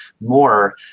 more